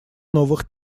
новых